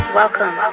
welcome